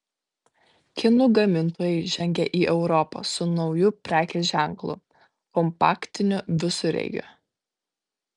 kinų gamintojai žengia į europą su nauju prekės ženklu kompaktiniu visureigiu